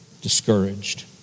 discouraged